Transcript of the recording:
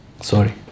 Sorry